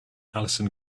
alison